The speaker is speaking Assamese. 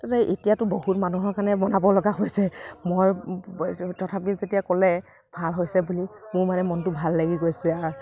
তাতে এতিয়াটো বহুত মানুহৰ কাৰণে বনাব লগা হৈছে মই তথাপিও যেতিয়া ক'লে ভাল হৈছে বুলি মোৰ মানে মনটো ভাল লাগি গৈছে আৰু